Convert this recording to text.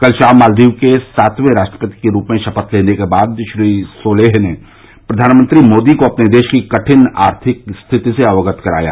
कल शाम मालदीव के सातवें राष्ट्रपति के रूप में शफ्य लेने के बाद श्री सोलेह ने प्रधानमंत्री मोदी को अपने देश की कठिन आर्थिक स्थिति से अवगत कराया